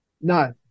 No